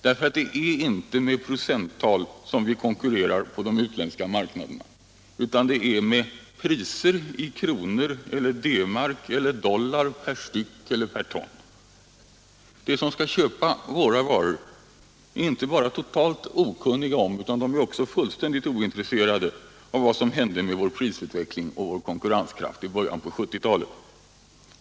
Det är inte med procenttal som vi konkurrerar på de utländska marknaderna, utan det är med priser i kronor eller D-mark eller dollar per styck eller per ton. De som skall köpa våra varor är inte bara totalt okunniga om utan också fullständigt ointresserade av vad som hände med vår prisutveckling och vår konkurrenskraft i början av 1970-talet.